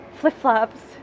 flip-flops